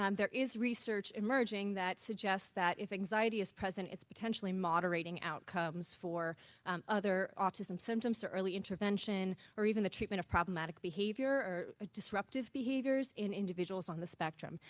um there is research emerging that suggests that if anxiety is present, it's potentially moderating outcomes for other autism symptoms to early intervention or even the treatment of problematic behavior or disruptive behaviors in individuals on the spectrum.